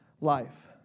life